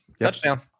touchdown